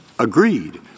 agreed